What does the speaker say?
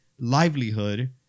livelihood